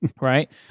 right